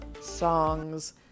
songs